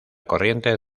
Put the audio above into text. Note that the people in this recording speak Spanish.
corriente